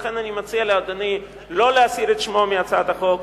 לכן אני מציע לאדוני לא להסיר את שמו מהצעת החוק,